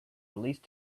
released